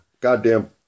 goddamn